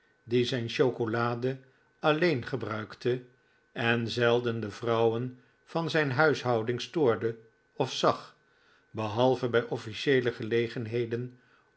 die zijn chocolade alleen gebruikte en zelden de vrouwen van zijn huishouding stoorde of zag behalve bij offlcieele gelegenheden